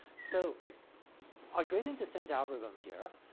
so our gradient descent algorithm here,